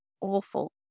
awful